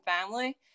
family